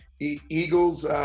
Eagles